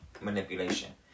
manipulation